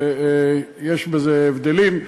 ויש בזה הבדלים,